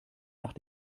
nach